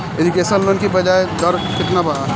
Education loan की ब्याज दर केतना बा?